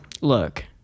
Look